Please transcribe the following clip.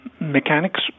mechanics